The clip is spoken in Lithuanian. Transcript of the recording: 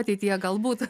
ateityje galbūt